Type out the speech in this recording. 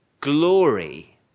glory